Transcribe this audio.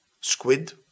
Squid